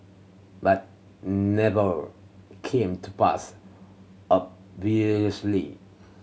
but never came to pass obviously